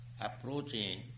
approaching